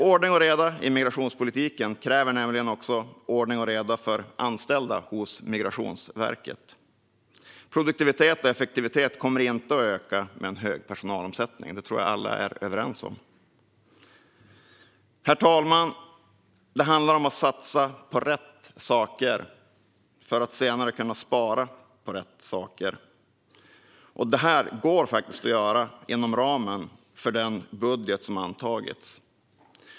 Ordning och reda i migrationspolitiken kräver nämligen också ordning och reda för anställda hos Migrationsverket. Produktiviteten och effektiviteten kommer inte att öka med en hög personalomsättning; det tror jag att alla är överens om. Herr talman! Det handlar om att satsa på rätt saker för att senare kunna spara på rätt saker. Det går att göra inom ramen för den budget som har antagits.